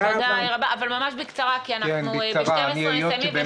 אבל ממש בקצרה, כי אנחנו ב-12:00 מסיימים.